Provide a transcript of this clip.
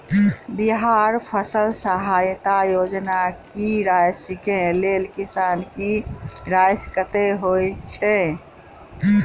बिहार फसल सहायता योजना की राशि केँ लेल किसान की राशि कतेक होए छै?